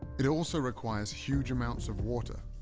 it also requires huge amounts of water.